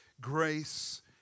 grace